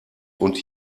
und